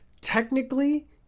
Technically